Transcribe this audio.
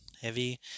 heavy